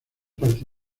parte